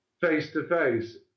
face-to-face